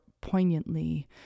poignantly